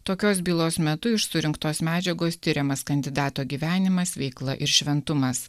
tokios bylos metu iš surinktos medžiagos tiriamas kandidato gyvenimas veikla ir šventumas